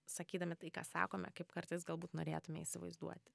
sakydami tai ką sakome kaip kartais galbūt norėtume įsivaizduoti